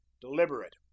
Deliberate